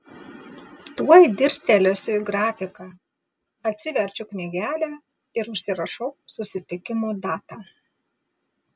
tuoj dirstelėsiu į grafiką atsiverčiu knygelę ir užsirašau susitikimo datą